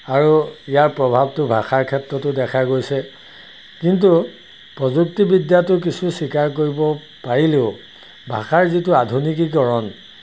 আৰু ইয়াৰ প্ৰভাৱটো ভাষাৰ ক্ষেত্ৰতো দেখা গৈছে কিন্তু প্ৰযুক্তিবিদ্যাতো কিছু স্বীকাৰ কৰিব পাৰিলেও ভাষাৰ যিটো আধুনিকীকৰণ